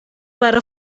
برا